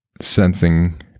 Sensing